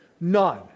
None